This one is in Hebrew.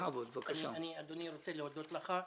אדוני, אני רוצה להודות לך.